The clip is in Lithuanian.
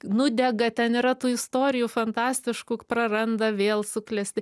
nudega ten yra tų istorijų fantastiškų praranda vėl suklesti